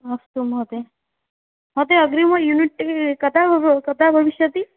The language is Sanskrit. अस्तु महोदये महोदये अग्रिम युनिट् कदा भव् कदा भविष्यति